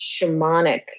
shamanic